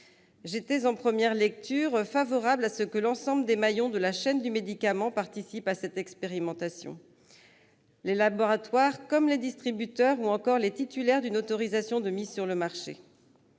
J'étais, en première lecture, favorable à ce que l'ensemble des maillons de la chaîne du médicament participent à cette expérimentation : les laboratoires, les distributeurs ou encore les titulaires d'une autorisation de mise sur le marché.